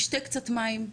תשתה קצת מים,